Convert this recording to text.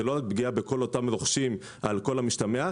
זה לא פגיעה בכל אותם רוכשים על כל המשתמע.